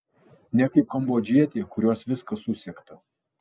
ne kaip kambodžietė kurios viskas susegta